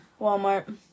Walmart